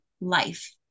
life